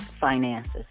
finances